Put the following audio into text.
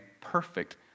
perfect